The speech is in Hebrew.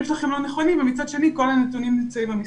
שלנו לא נכונים ומצד שני כל הנתונים נמצאים במשרד,